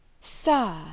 Sir